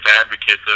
advocates